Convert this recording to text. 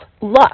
luck